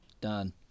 Done